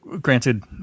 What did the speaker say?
granted